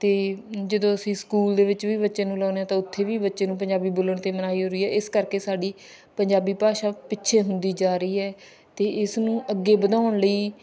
ਅਤੇ ਜਦੋਂ ਅਸੀਂ ਸਕੂਲ ਦੇ ਵਿੱਚ ਵੀ ਬੱਚੇ ਨੂੰ ਲਾਉਂਦੇ ਹਾਂ ਤਾਂ ਉੱਥੇ ਵੀ ਬੱਚੇ ਨੂੰ ਪੰਜਾਬੀ ਬੋਲਣ 'ਤੇ ਮਨਾਹੀ ਹੋ ਰਹੀ ਹੈ ਇਸ ਕਰਕੇ ਸਾਡੀ ਪੰਜਾਬੀ ਭਾਸ਼ਾ ਪਿੱਛੇ ਹੁੰਦੀ ਜਾ ਰਹੀ ਹੈ ਅਤੇ ਇਸ ਨੂੰ ਅੱਗੇ ਵਧਾਉਣ ਲਈ